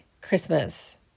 Christmas